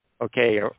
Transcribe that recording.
Okay